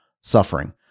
suffering